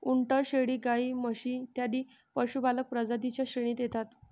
उंट, शेळी, गाय, म्हशी इत्यादी पशुपालक प्रजातीं च्या श्रेणीत येतात